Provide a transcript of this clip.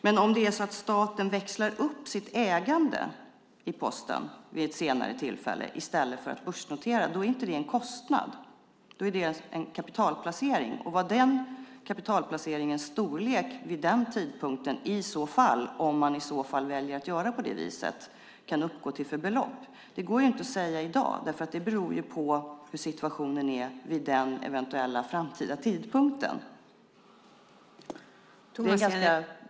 Men om staten växlar upp sitt ägande i Posten vid ett senare tillfälle i stället för att börsnotera är det inte en kostnad, utan det är en kapitalplacering. Vad den kapitalplaceringen vid den tidpunkten, om man väljer att göra på det viset, uppgår till för belopp går inte att säga i dag. Det beror på hur situationen är vid den eventuella framtida tidpunkten.